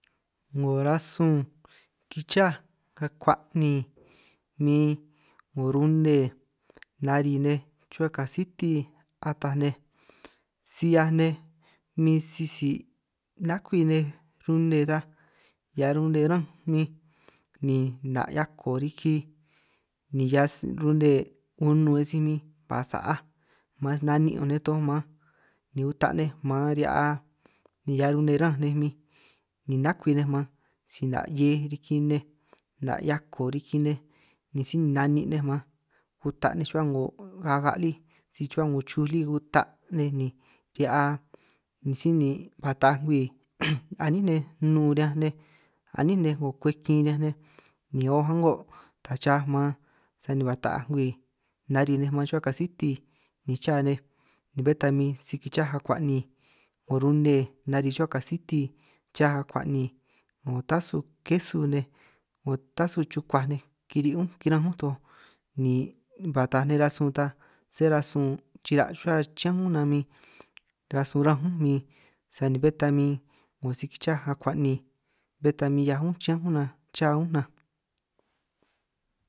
'Ngo rasun kichaj kakuanin min 'ngo rune nari nej chuhua kasiti ataj nej, si 'hiaj nej min sisi nakwi nej rune taj hia rune ránj min ni 'na' hiako riki, ni hia rune unun sij min ba sa'a man na'nin' toj man ni uta' nej man rihia, ni hia rune ránj nej min ni nakwi nej man si 'na' hiej riki nej 'na' hiako riki nej, ni síj ni na'nin' nej man uta' nej chuhua 'ngo kaka' lí si chuhua 'ngo ruj lí guta' nej ni rihia, síj ni ba taaj kwi a'nín nej nnun riñan nej a'nín nej 'ngo kwej kin riñanj nej, ni o' a'ngo ta chaa maan sani ba taaj kwi nari nej man chuhua kasiti ni cha nej bé ta min si kicháj akuan' nin 'ngo rune nari chuhua kasiti cha akuan' nin, 'ngo tasu kesu nej, 'ngo tasu chukuaj nej, kiri' únj kiranj únj toj ni ba taaj nej rasun ta sé rasun chira' chuhua chiñánj únj na min rasun ránj únj min, sani bé ta min 'ngo si kichaj akuan' nin bé ta min 'hiaj únj chiñánj únj nan chá únj nan.